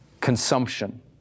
consumption